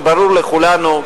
שברור לכולנו,